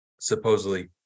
supposedly